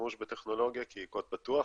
בשימוש בטכנולוגיה כקוד פתוח,